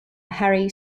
harry